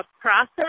process